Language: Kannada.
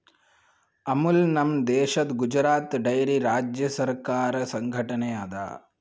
ಅಮುಲ್ ನಮ್ ದೇಶದ್ ಗುಜರಾತ್ ಡೈರಿ ರಾಜ್ಯ ಸರಕಾರಿ ಸಂಘಟನೆ ಅದಾ